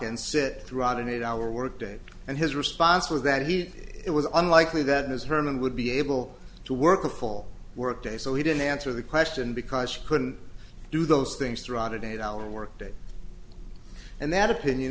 and sit throughout an eight hour workday and his response was that he it was unlikely that ms herman would be able to work a full work day so he didn't answer the question because she couldn't do those things through out of date hour work day and that opinion